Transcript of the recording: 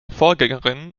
vorgängerin